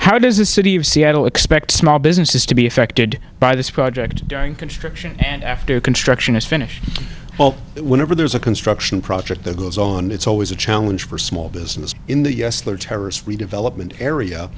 how does the city of seattle expect small businesses to be affected by this project during construction and after construction is finished well whenever there's a construction project that goes on it's always a challenge for small business in the us their terrorist redevelopment area